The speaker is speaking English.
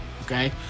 okay